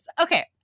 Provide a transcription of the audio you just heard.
Okay